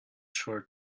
sure